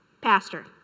pastor